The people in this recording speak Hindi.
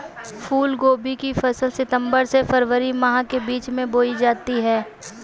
फूलगोभी की फसल सितंबर से फरवरी माह के बीच में बोई जाती है